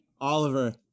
Oliver